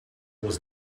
was